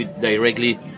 directly